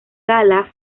gala